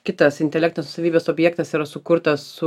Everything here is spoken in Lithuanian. kitas intelektinės nuosavybės objektas yra sukurtas su